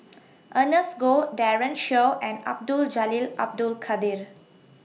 Ernest Goh Daren Shiau and Abdul Jalil Abdul Kadir